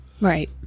Right